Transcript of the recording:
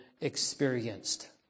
experienced